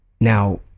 now